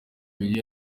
ibiri